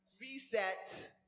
Reset